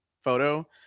photo